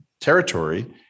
territory